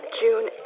June